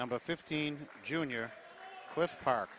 number fifteen junior cliff park